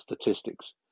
Statistics